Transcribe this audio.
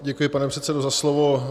Děkuji, pane předsedo, za slovo.